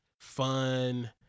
fun